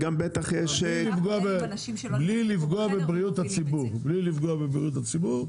בלי לפגוע בבריאות הציבור.